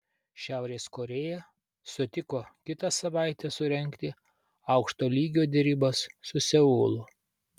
šiaurės korėja sutiko kitą savaitę surengti aukšto lygio derybas su seulu